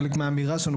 חלק מהאמירה שלנו,